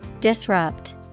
Disrupt